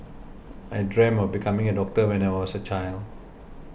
I dream of becoming a doctor when I was a child